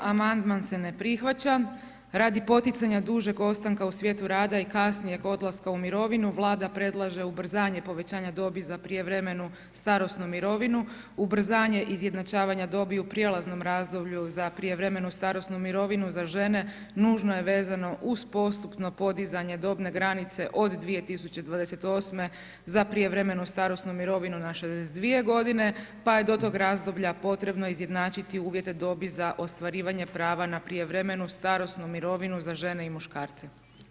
Amandman se ne prihvaća radi poticanja dužeg ostanka u svijetu rada i kasnijeg odlaska u mirovinu Vlada predlaže ubrzanje povećanja dobi za prijevremenu starosnu mirovinu, ubrzanje izjednačavanja dobi u prijelaznom razdoblju za prijevremenu starosnu mirovinu za žene nužno je vezano uz postupno podizanje dobne granice od 2028. za prijevremenu starosnu mirovinu na 62 godine pa je do tog razdoblja potrebno izjednačiti uvjete dobi za ostvarivanje prava na prijevremenu starosnu mirovinu za žene i muškarce.